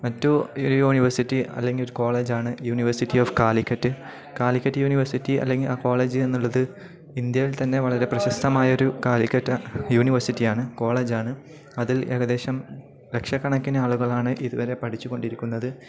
മറ്റ് ഒരു യൂണിവേഴ്സിറ്റി അല്ലെങ്കിൽ ഒരു കോളേജാണ് university of Calicut Calicut university അല്ലെങ്കിൽ ആ കോളേജ് എന്നുള്ളത് ഇന്ത്യയിൽ തന്നെ വളരെ പ്രശസ്തമായ ഒരു കാലിക്കട്ട യൂണിവേഴ്സിറ്റി ആണ് കോളേജാണ് അതിൽ ഏകദേശം ലക്ഷ കണക്കിന് ആളുകളാണ് ഇതുവരെ പഠിച്ച് കൊണ്ടിരിക്കുന്നത്